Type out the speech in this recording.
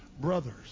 brothers